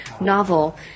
novel